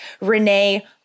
Renee